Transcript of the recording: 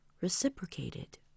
reciprocated